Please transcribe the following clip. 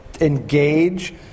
engage